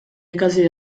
ikasi